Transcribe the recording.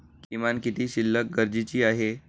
किमान किती शिल्लक गरजेची आहे?